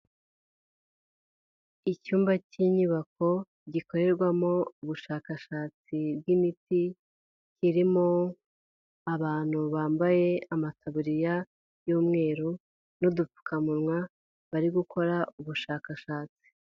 Icyumba cy'inyubako gikorerwamo ubushakashatsi bw'imiti, irimo abantu bambaye amataburiya y'umweru n'udupfukamunwa, bari gukora ubushakashatsi.